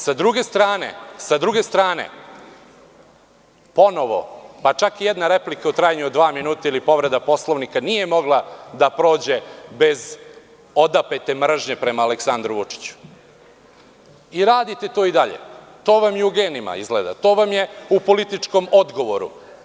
Sa druge strane, ponovo, pa čak i jedna replika u trajanju od dva minuta ili povreda Poslovnika nije mogla da prođe bez odapete mržnje prema Aleksandru Vučiću i radite to i dalje, to vam je izgleda u genima, to vam je u političkom odgovoru.